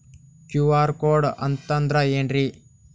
QR code ಅಂತಂದ್ರ ಏನ್ರೀ?